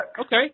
Okay